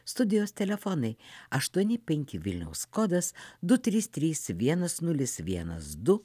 studijos telefonai aštuoni penki vilniaus kodas du trys trys vienas nulis vienas du